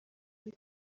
ari